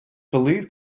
believed